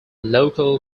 local